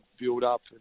build-up